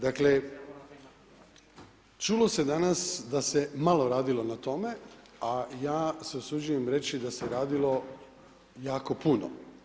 Dakle, čulo se danas da se malo radilo na tome, a ja se usuđujem reći da se radilo jako puno.